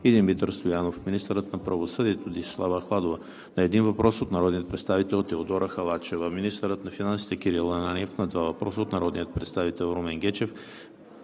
и Димитър Стоянов; - министърът на правосъдието Десислава Ахладова – на един въпрос от народния представител Теодора Халачева; - министърът на финансите Кирил Ананиев – на два въпроса от народния представител Румен Гечев;